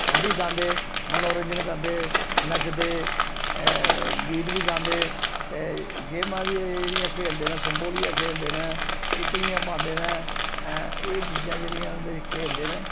ओह् बी गांदे मनोरंजन करदे नच्चदे गीत बी गांदे ते गेमां बी जेह्ड़ियां खेढदे न संतोलिया खेढदे ने किक्लियां पांदे न एह् चीजां जेह्ड़ियां न ते खेढदे न